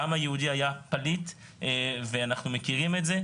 העם היהודי היה פליט ואנחנו מכירים את זה,